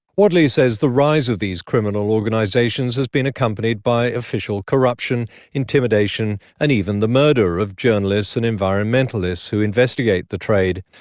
wadley says the rise of these criminal organisations has been accompanied by official corruption, intimidation and even the murder of journalists and environmentalists who investigate the trade.